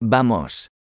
Vamos